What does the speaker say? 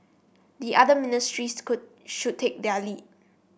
the other ministries should take their lead